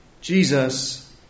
Jesus